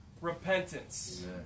repentance